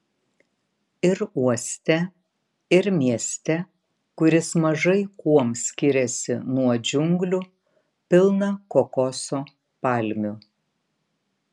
ir uoste ir mieste kuris mažai kuom skiriasi nuo džiunglių pilna kokoso palmių